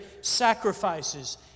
sacrifices